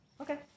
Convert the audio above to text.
Okay